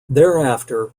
thereafter